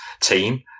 team